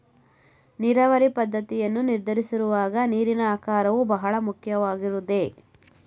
ನೀರಾವರಿ ಪದ್ದತಿಯನ್ನು ನಿರ್ಧರಿಸುವಾಗ ನೀರಿನ ಆಕಾರವು ಬಹಳ ಮುಖ್ಯವಾಗುವುದೇ?